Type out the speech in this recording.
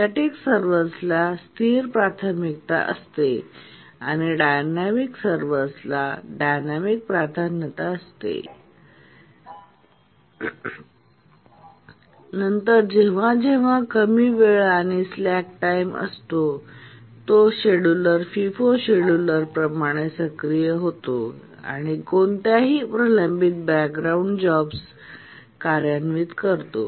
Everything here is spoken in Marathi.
स्टॅटिक सर्व्हर्सला स्थिर प्राथमिकता असते डायनॅमिक सर्व्हर्सना डायनॅमिक प्राधान्य असते आणि नंतर जेव्हा जेव्हा कमी वेळ किंवा स्लॅक टाईम असतो तो शेड्यूलर फिफो शेड्यूलर प्रमाणे सक्रिय होतो आणि कोणत्याही प्रलंबित बॅकग्राऊंड जॉब्स कार्यान्वित करतो